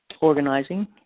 organizing